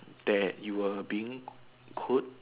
that you were being could